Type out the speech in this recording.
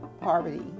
poverty